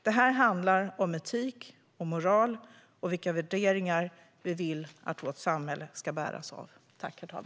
Det här handlar om etik och moral och vilka värderingar vi vill att vårt samhälle ska bäras av.